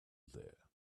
there